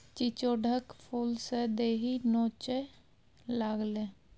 चिचोढ़क फुलसँ देहि नोचय लागलै